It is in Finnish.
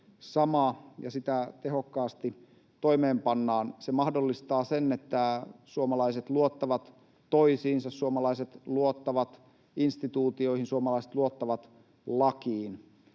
sama, ja sitä tehokkaasti toimeenpannaan. Se mahdollistaa sen, että suomalaiset luottavat toisiinsa, suomalaiset luottavat instituutioihin, suomalaiset luottavat lakiin.